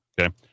okay